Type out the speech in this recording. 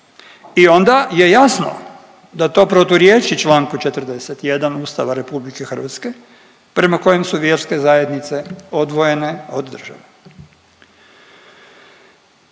i onda je jasno da to proturječi čl. 41 Ustava RH prema kojem su vjerske zajednice odvojene od države.